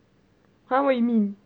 !huh! what you mean